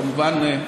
כמובן,